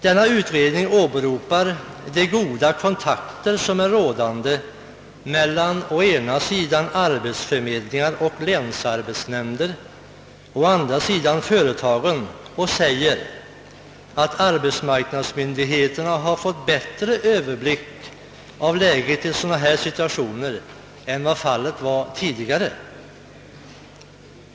Denna utredning åberopar de goda kontakter som är rådande mellan å ena sidan arbetsförmedlingar och länsarbetsnämnder och å andra sidan företagen och säger att arbetsmarknadsmyndigheterna har fått bättre överblick av läget i sådana situationer än vad fallet var tidigare.